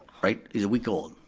right, he's a week old.